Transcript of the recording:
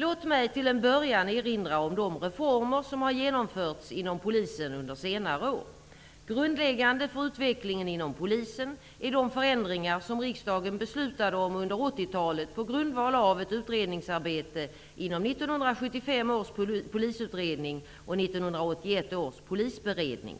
Låt mig till en början erinra om de reformer som har genomförts inom polisen under senare år. Grundläggande för utvecklingen inom polisen är de förändringar som riksdagen beslutade om under 1980-talet på grundval av ett utredningsarbete inom 1975 års polisutredning och 1981 års polisberedning.